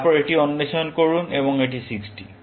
তারপর এটি অন্বেষণ করুন এবং এটি 60